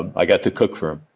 i got to cook for him